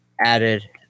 added